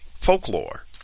folklore